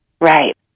Right